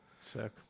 Sick